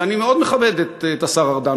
ואני מאוד מכבד את השר ארדן,